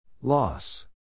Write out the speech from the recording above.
Loss